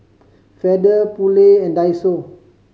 Feather Poulet and Daiso